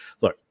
look